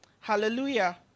Hallelujah